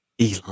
Elon